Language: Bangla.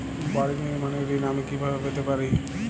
বাড়ি নির্মাণের ঋণ আমি কিভাবে পেতে পারি?